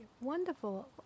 wonderful